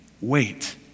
wait